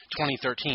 2013